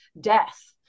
death